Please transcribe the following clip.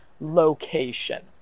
location